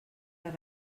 les